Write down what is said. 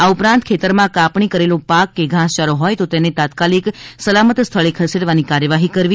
આ ઉપરાંત ખેતરમાં કાપણી કરેલો પાક કે ઘાસચારો હોય તો તેને તાત્કાલિક સલામત સ્થળે ખસેડવાની કાર્યવાહી કરવી